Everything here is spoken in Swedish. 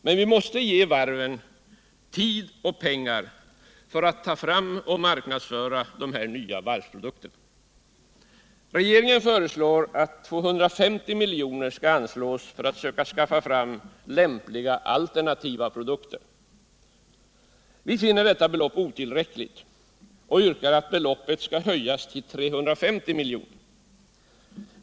Men vi måste ge varven tid och pengar för att ta fram och marknadsföra nya varvsprodukter. Regeringen föreslår att 250 milj.kr. skall anslås för att man skall kunna försöka skaffa fram lämpliga alternativa produkter. Vi finner detta belopp otillräckligt och yrkar att det höjs till 350 milj.kr.